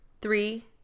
Three